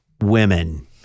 women